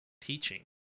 teaching